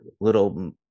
little